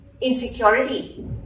insecurity